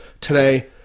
today